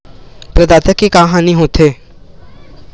प्रदाता के का हानि हो थे?